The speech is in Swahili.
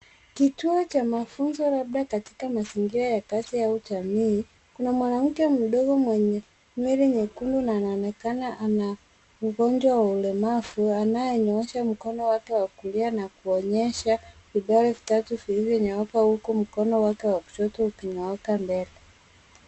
Kituo cha mafunzo labda katika kituo cha labda katika mazingira ya kazi au jamii. Kuna mwanamke mdogo mwenye nywele nyekundu na anaonekana ana ugonjwa wa ulemavu, anayenyoosha mkono wa kulia na kuonyesha vidole vitatu vilivyonyooka huku mkono wake wa kushoto ukinyooka mbele.